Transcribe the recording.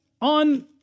on